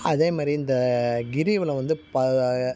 அதே மாதிரி இந்த கிரிவலம் வந்து ப